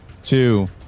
Two